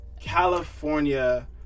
California